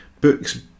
books